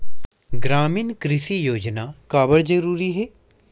ग्रामीण कृषि योजना काबर जरूरी हे?